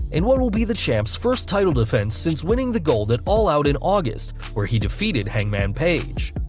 in what will be the champ's first title defense since winning the gold at all out in august, where he defeated hangman page.